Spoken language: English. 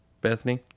Bethany